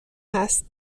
هست